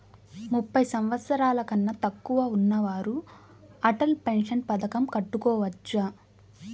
ముప్పై సంవత్సరాలకన్నా తక్కువ ఉన్నవారు అటల్ పెన్షన్ పథకం కట్టుకోవచ్చా?